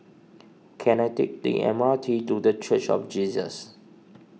can I take the M R T to the Church of Jesus